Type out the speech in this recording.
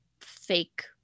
fake